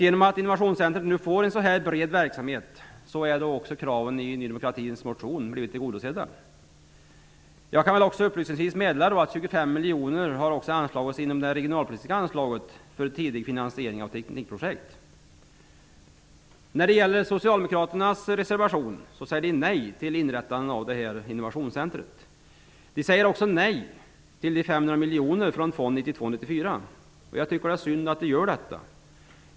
Genom att Innovationscentrum nu får en så bred verksamhet är också kraven i Ny demokratis motion tillgodosedda. Jag kan upplysningsvis meddela att 25 miljoner kronor har anslagits inom det regionalpolitiska anslaget för tidig finansiering av teknikprojekt. Socialdemokraterna säger i sin reservation nej till inrättandet av Innovationscentrum. De säger också nej till de 500 miljonerna från Fond 92--94. Jag tycker att det är synd.